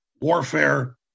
warfare